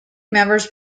members